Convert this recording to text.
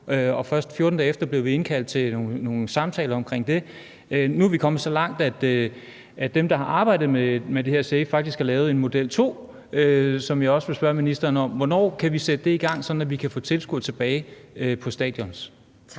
og først 14 dage efter blev vi indkaldt til nogle samtaler omkring det. Nu er vi kommet så langt, at dem, der har arbejdet med det her SAVE, faktisk har lavet en model 2, som jeg også vil spørge ministeren om. Hvornår kan vi sætte det i gang, så vi kan få tilskuere tilbage på stadions?